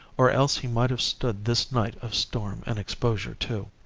or else he might have stood this night of storm and exposure, too.